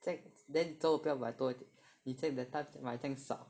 这样 then 你做什么不要买多一点以前 that time 买这样少